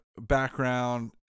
background